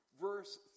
verse